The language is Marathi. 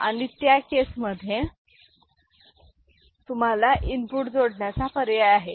अणि त्या केस मधे तुम्हाला इनपुट जोडण्याचा पर्याय आहे